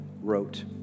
wrote